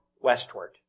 westward